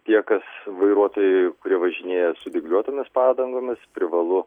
tie kas vairuotojai kurie važinėja su dygliuotomis padangomis privalu